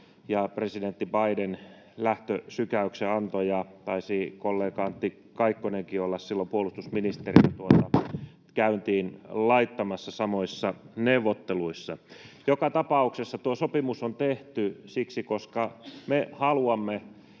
presidentti Biden antoivat lähtösysäyksen, ja taisi kollega Antti Kaikkonenkin olla silloin puolustusministerinä sitä käyntiin laittamassa samoissa neuvotteluissa. Joka tapauksessa tuo sopimus on tehty siksi, että me haluamme